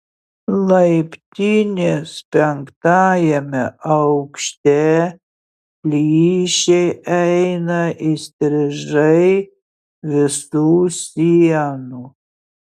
laiptinės penktajame aukšte plyšiai eina įstrižai visų sienų